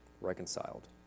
Reconciled